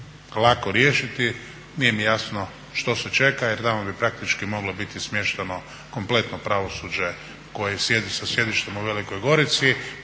lako riješiti nije mi jasno što se čeka jer tamo bi praktički moglo biti smješteno kompletno pravosuđe koje sjedi sa sjedištem u Velikoj Gorici.